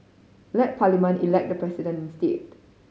let Parliament elect the president instead